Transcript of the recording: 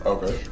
Okay